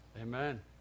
Amen